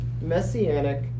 messianic